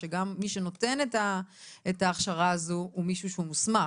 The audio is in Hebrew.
שגם מי שנותן את ההכשרה הזאת הוא מישהו שהוא מוסמך.